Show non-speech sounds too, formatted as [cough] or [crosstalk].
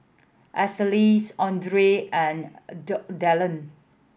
Aracely's Audry and [unintelligible] Dillion